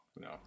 no